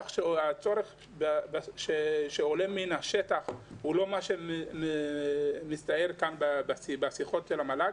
הצורך העולה מן השטח הוא לא מה שמצטייר כאן בשיחות של המל"ג.